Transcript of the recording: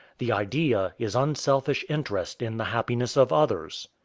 the idea is unselfish interest in the happiness of others.